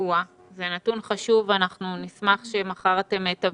זה נתון חשוב ונשמח שמחר תביאו אותו.